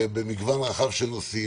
ובמגוון רחב של נושאים,